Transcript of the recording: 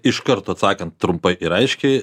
iš karto atsakant trumpai ir aiškiai